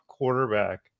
quarterback